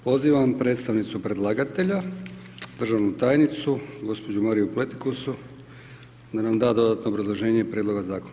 Pozivam predstavnicu predlagatelja, državnu tajnicu, gđu. Mariju Pletikosu, da nam da dodatno obrazloženje prijedloga Zakona.